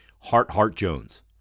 Hart-Hart-Jones